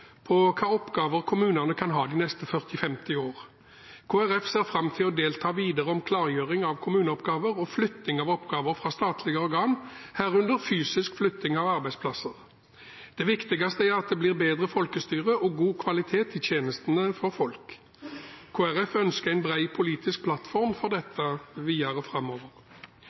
på hvilke oppgaver kommunene kan ha de neste 40-50 år. Kristelig Folkeparti ser fram til å delta videre om klargjøring av kommuneoppgaver og flytting av oppgaver fra statlige organ, herunder fysisk flytting av arbeidsplasser. Det viktigste er at det blir bedre folkestyre og god kvalitet i tjenestene for folk. Kristelig Folkeparti ønsker en bred politisk plattform for